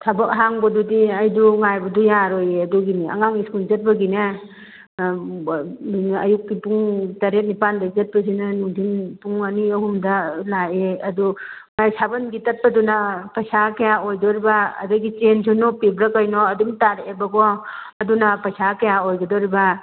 ꯊꯕꯛ ꯍꯥꯡꯕꯗꯨꯗꯤ ꯑꯩꯗꯨ ꯉꯥꯏꯕꯗꯨ ꯌꯥꯔꯣꯏꯌꯦ ꯑꯗꯨꯒꯤꯅꯤ ꯑꯉꯥꯡ ꯁ꯭ꯀꯨꯟ ꯆꯠꯄꯒꯤꯅꯦ ꯑꯌꯨꯛꯀꯤ ꯄꯨꯡ ꯇꯔꯦꯠ ꯅꯤꯄꯥꯜꯗꯒꯤ ꯆꯠꯄꯁꯤꯅ ꯅꯨꯡꯊꯤꯜ ꯄꯨꯡ ꯑꯅꯤ ꯑꯍꯨꯝꯗ ꯂꯥꯛꯑꯦ ꯑꯗꯨ ꯃꯥꯒꯤ ꯁꯕꯟꯒꯤ ꯇꯠꯄꯗꯨꯅ ꯄꯩꯁꯥ ꯀꯌꯥ ꯑꯣꯏꯗꯣꯔꯤꯕ ꯑꯗꯨꯗꯒꯤ ꯆꯦꯟꯁꯨ ꯅꯣꯞꯄꯤꯕ꯭ꯔ ꯀꯔꯤꯅꯣ ꯑꯗꯨꯝ ꯇꯥꯔꯛꯑꯦꯕꯀꯣ ꯑꯗꯨꯅ ꯄꯩꯁꯥ ꯀꯌꯥ ꯑꯣꯏꯒꯗꯣꯔꯤꯕ